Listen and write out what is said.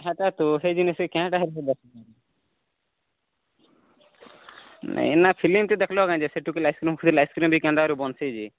ହେତା ତ ହେ ଜିନିଷରେ କେଣେଟା ଏଇନା ଫିଲ୍ମ୍ ଥି ଦେଖଲ କାଇଁ ଯେ ସେ ଟୁକେଲ ଆଇସିକ୍ରିମ୍ ଖୋଇଲ ଆଇସିକ୍ରିମ୍ ବି କେନ୍ତା କରି ବଞ୍ଚିସି